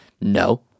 No